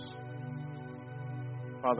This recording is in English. Father